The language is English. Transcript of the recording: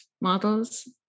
models